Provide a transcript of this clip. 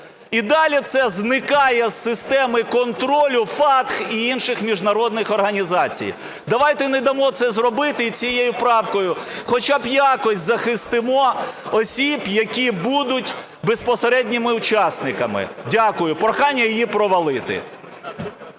І далі це зникає з системи контролю FATF і інших міжнародних організацій. Давайте не дамо це зробити і цією правкою хоча б якось захистимо осіб, які будуть безпосередніми учасниками. Дякую. Прохання її провалити.